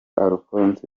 alphonse